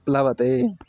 प्लवते